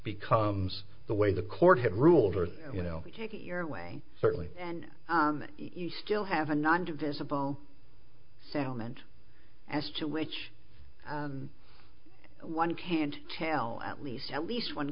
becomes the way the court had ruled or you know we take it your way certainly and you still have a non divisible settlement as to which one can't tell at least at least one